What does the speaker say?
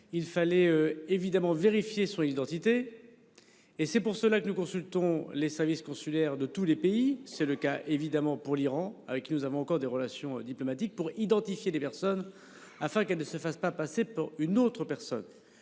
Il fallait évidemment vérifier son identité. Et c'est pour cela que nous consultons les services consulaires de tous les pays, c'est le cas évidemment pour l'Iran avec qui nous avons encore des relations diplomatiques pour identifier des personnes afin qu'elle ne se fasse pas passer pour une autre personne.